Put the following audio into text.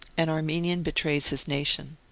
an armenian betrays his nation.